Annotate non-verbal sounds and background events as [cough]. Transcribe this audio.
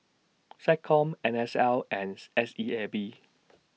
Seccom N S L [unintelligible] S E A B